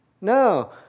No